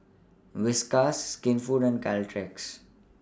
Whiskas Skinfood and Caltex